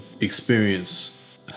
experience